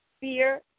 fear